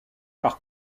par